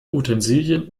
utensilien